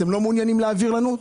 אתם לא מעוניינים להעביר לנו?